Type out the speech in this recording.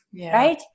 Right